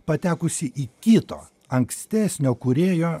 patekusį į kito ankstesnio kūrėjo